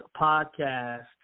podcast